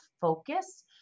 focus